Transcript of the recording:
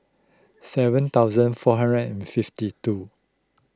seven thousand four hundred and fifty two